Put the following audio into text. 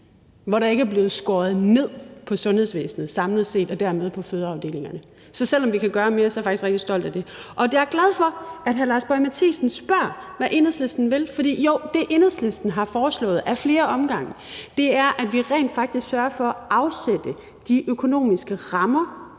hvor der ikke er blevet skåret ned på sundhedsvæsenet samlet set og dermed på fødeafdelingerne. Så selv om vi kan gøre mere, er jeg faktisk rigtig stolt af det. Og jeg er glad for, at hr. Lars Boje Mathiesen spørger, hvad Enhedslisten vil, for det, Enhedslisten har foreslået ad flere omgange, er, at vi rent faktisk politisk sørger for at afsætte de økonomiske rammer,